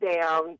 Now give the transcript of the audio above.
down